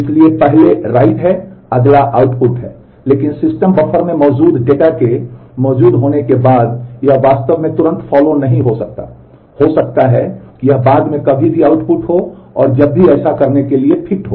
इसलिए पहले राइट हो और जब भी ऐसा करने के लिए फिट हो